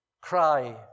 cry